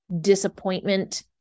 disappointment